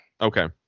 okay